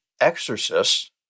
exorcists